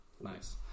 Nice